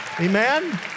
Amen